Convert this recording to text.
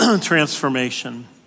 transformation